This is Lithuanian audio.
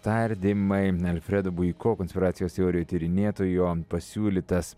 tardymai alfredo buiko konspiracijos teorijų tyrinėtojo pasiūlytas